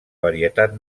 varietat